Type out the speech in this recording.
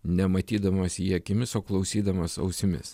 ne matydamas jį akimis o klausydamas ausimis